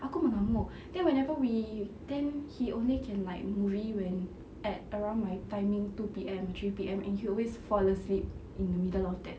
aku mengamuk then whenever we think he only can like movie when at around my timing two P_M or three P_M and he always fall asleep in the middle of that